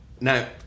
now